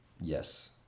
Yes